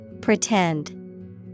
Pretend